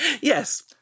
Yes